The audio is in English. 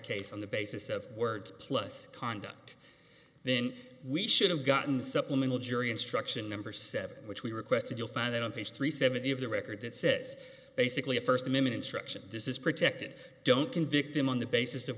case on the basis of words plus conduct then we should have gotten the supplemental jury instruction number seven which we requested you'll find that on page three seventy of the record that says basically a first amendment instruction this is protected don't convict him on the basis of